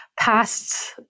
past